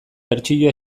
bertsio